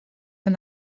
der